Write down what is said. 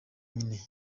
nyine